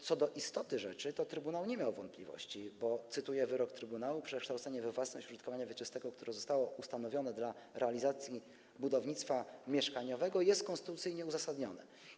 Co do istoty rzeczy trybunał nie miał wątpliwości, bo, cytuję wyrok trybunału: Przekształcenie we własność użytkowania wieczystego, które zostało ustanowione dla realizacji budownictwa mieszkaniowego, jest konstytucyjnie uzasadnione.